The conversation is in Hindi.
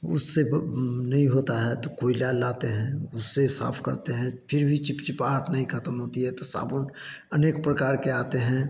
उससे नहीं होता है तो कोयला लाते हैं उससे साफ़ करते हैं फिर भी चिपचिपाहट नहीं ख़तम होती है तो साबुन अनेक प्रकार के आते हैं